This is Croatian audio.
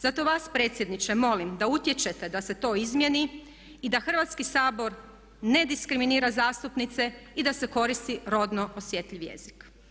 Zato vas predsjedniče molim da utječete da se to izmijeni i da Hrvatski sabor ne diskriminira zastupnice i da se koristi rodno osjetljiv jezik.